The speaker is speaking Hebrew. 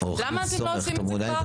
למה אתם לא עושים את זה כבר עכשיו?